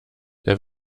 der